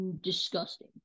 disgusting